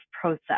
process